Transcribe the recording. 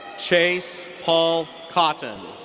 chase paul cotton.